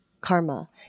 karma